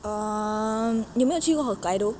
um 你有没有去过 hokkaido